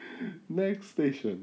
next station